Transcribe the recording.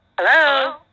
Hello